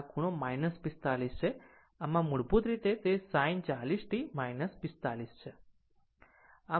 આમ મૂળભૂત રીતે તે sin 40 t 45 o છે